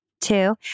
Two